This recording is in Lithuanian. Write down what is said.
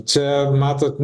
čia matot